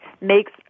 makes